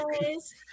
guys